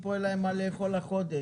פה אין להם מה לאכול החודש.